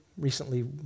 recently